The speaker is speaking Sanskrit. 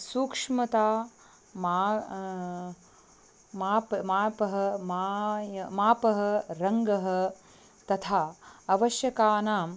सूक्ष्मता मा माप् मापः माय मापः रङ्गः तथा आवश्यकानाम्